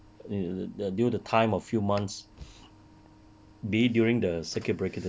so to what we discuss of course th~ due the time of few months